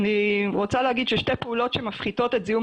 אני רוצה לומר ששתי פעולות שמפחיתות את זיהום